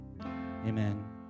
Amen